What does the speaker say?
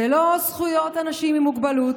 זה לא זכויות אנשים עם מוגבלות,